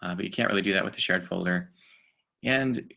um but you can't really do that with the shared folder and,